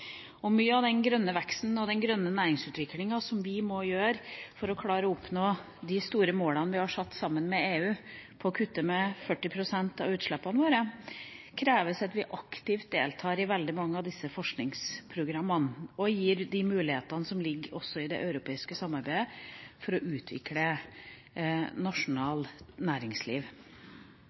Mye av den grønne veksten og den grønne næringsutviklinga som vi må skape for å klare å oppnå de store målene vi, sammen med EU, har satt oss – å kutte 40 pst. av utslippene våre – krever at vi aktivt deltar i mange av forskningsprogrammene og gir de mulighetene som ligger, også i det europeiske samarbeidet, for å utvikle